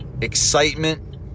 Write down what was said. excitement